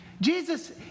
Jesus